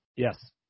Yes